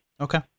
Okay